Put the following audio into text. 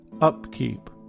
Upkeep